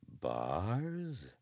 Bars